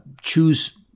choose